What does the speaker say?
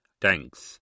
Thanks